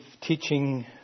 teaching